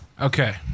Okay